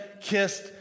kissed